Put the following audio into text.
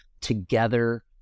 together